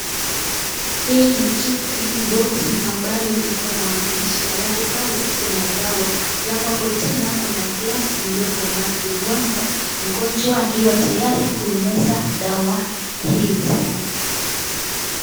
Hii ni boksi ambayo iko na maandishi halafu pale kuna dawa, halafu hapo tena kuna glasi iliyopo maji, huenda mgonjwa akiwa tayari kuimeza dawa hizo.